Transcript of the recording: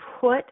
put